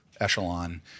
Echelon